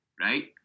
Right